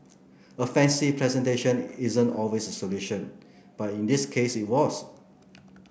a fancy presentation isn't always a solution but in this case it was